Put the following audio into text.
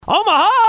Omaha